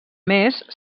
més